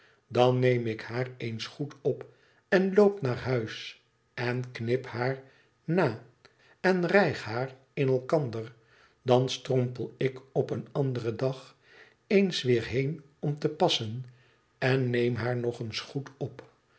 dan neem ik haar eens goed op en loop naar huis en knip haar na en rijg haar in elkander dan strompel ik op een anderen dag eens weer heen om te passen en neem haar nog eens goed op